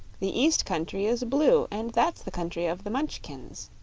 the east country is blue, and that's the country of the munchkins.